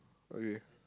okay